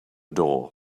door